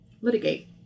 litigate